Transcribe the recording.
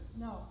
No